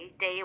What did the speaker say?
day